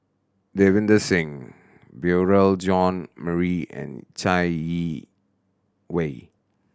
Davinder Singh Beurel John Marie and Chai Yee Wei